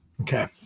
Okay